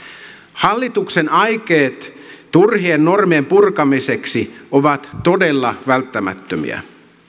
hallituksen aikeet turhien normien purkamiseksi ovat todella välttämättömiä